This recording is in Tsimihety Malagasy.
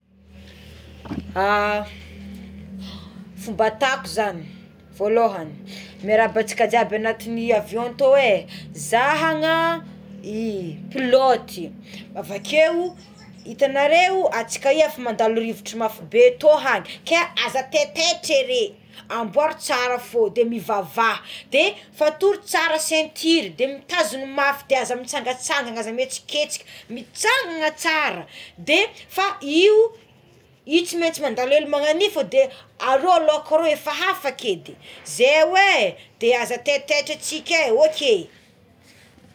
Fomba ataoko zany voalohany miarahaba antsika jiaby anaty avion to é zahana i pilôty, avakeo itanareo antsika io efa mandalo rivotra mafy be to haly ka aza taitaitra nareo amboary tsara fo de mivavaha de fatory tsara ceinture de mitazony mafy de aza misy mitsangatsangana aza mihetsiketsika mijanona tsara de fa io io tsy mantsy mandalo hely magnagn'io fa de alohalohako arô efa hafaka ediny zay oé de aza taitaitra tsiké zay oké.